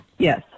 Yes